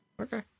Okay